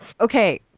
Okay